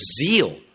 zeal